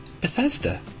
Bethesda